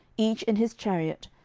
each in his chariot,